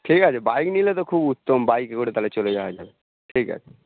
ঠিক আছে বাইক নিলে তো খুব উত্তম বাইকে করে তাহলে চলে যাওয়া যাবে ঠিক আছে